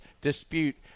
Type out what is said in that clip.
dispute